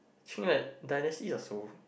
Qing at dynasty are so